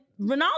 Ronaldo